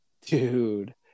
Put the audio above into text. Dude